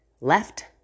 left